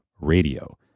radio